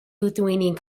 lithuanian